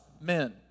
Men